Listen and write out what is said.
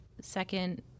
second